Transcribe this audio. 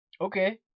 Okay